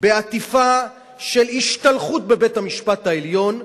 בעטיפה של השתלחות בבית-המשפט העליון,